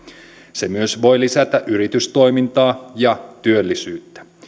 se voi myös lisätä yritystoimintaa ja työllisyyttä